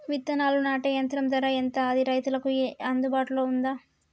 విత్తనాలు నాటే యంత్రం ధర ఎంత అది రైతులకు అందుబాటులో ఉందా?